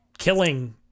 Killing